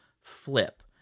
flip